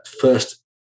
first